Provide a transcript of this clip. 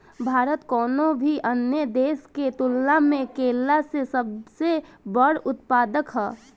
भारत कउनों भी अन्य देश के तुलना में केला के सबसे बड़ उत्पादक ह